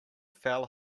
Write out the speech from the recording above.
fell